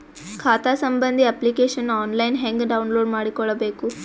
ಖಾತಾ ಸಂಬಂಧಿ application online ಹೆಂಗ್ ಡೌನ್ಲೋಡ್ ಮಾಡಿಕೊಳ್ಳಬೇಕು?